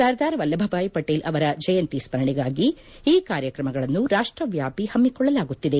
ಸರ್ದಾರ್ ವಲ್ಲಭಭಾಯ್ ಪಟೇಲ್ ಅವರ ಜಯಂತಿ ಸ್ಕರಣೆಗಾಗಿ ಈ ಕಾರ್ಯಕ್ರಮಗಳನ್ನು ರಾಷ್ಷವ್ಕಾಪಿ ಹಮ್ಮಿಕೊಳ್ಳಲಾಗುತ್ತಿದೆ